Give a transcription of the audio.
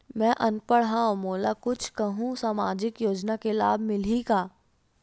मैं अनपढ़ हाव मोला कुछ कहूं सामाजिक योजना के लाभ मिलही का?